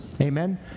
Amen